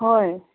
ꯍꯣꯏ